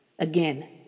Again